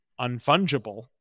unfungible